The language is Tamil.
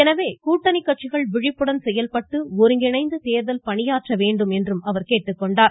எனவே கூட்டணி கட்சிகள் விழிப்புடன் செயல்பட்டு ஒருங்கிணைந்து தேர்தல் பணியாற்ற வேண்டும் என்றும் கேட்டுக்கொண்டார்